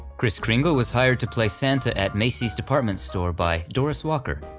kris kringle was hired to play santa at macy's department store by doris walker,